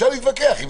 אפשר להתווכח.